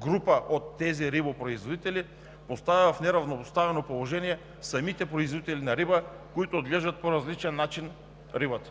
група от тези рибопроизводители поставя в неравнопоставено положение самите производители на риба, които отглеждат по различен начин рибата.